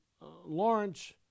Lawrence